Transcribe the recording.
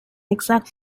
exact